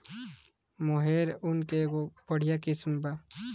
मोहेर ऊन के एगो बढ़िया किस्म बा